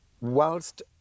whilst